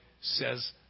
says